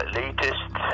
latest